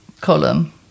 column